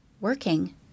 Working